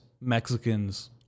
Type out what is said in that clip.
Mexicans